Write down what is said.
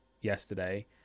yesterday